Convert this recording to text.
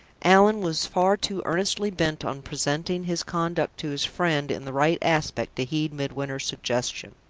allan was far too earnestly bent on presenting his conduct to his friend in the right aspect to heed midwinter's suggestion.